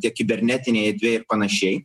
tiek kibernetinėj erdvėj ir panašiai